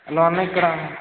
hello అన్న ఇక్కడ